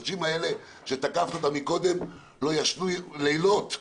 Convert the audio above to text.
האנשים האלה שתקפת אותם קודם לא ישנו לילות,